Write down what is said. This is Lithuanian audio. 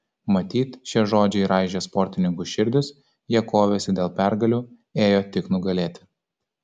matyt šie žodžiai raižė sportininkų širdis jie kovėsi dėl pergalių ėjo tik nugalėti